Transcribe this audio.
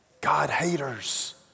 God-haters